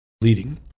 leading